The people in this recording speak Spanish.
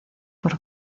por